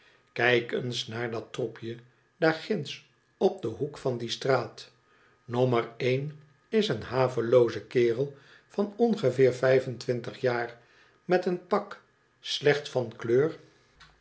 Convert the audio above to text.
kijk eens naar dat troepje daar ginds op den hoek van die straat nummer een is een havelooze kerel van ongeveer vijf en twintig jaar met een pak slecht van kleur